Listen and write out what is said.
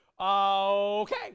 okay